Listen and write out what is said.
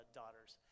daughters